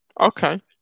okay